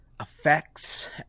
effects